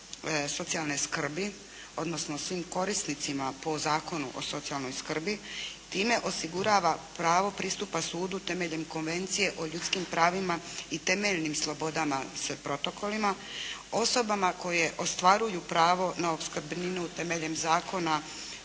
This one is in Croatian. socijalne skrbi, odnosno svim korisnicima po Zakonu o socijalnoj skrbi. Time osigurava pravo pristupa sudu temeljem konvencije o ljudskim pravima i temeljnim slobodama sa protokolima. Osobama koje ostvaruju pravo na opskrbninu temeljem Zakona